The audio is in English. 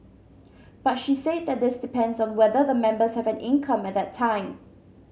but she said that this depends on whether the members have an income at that time